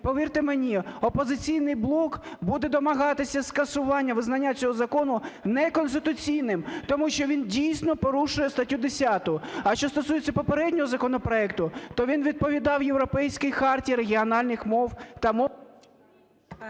повірте мені, "Опозиційний блок" буде домагатися скасування, визнання цього закону неконституційним, тому що він дійсно порушує статтю 10. А що стосується попереднього законопроекту, то він відповідав Європейській хартії регіональних мов та мов…